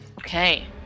Okay